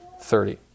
thirty